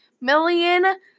million